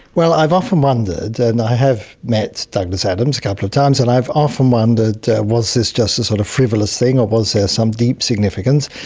well, i've often wondered, and i have met douglas adams a couple of times and i've often wondered was this just a sort of frivolous thing or was there some deep significance.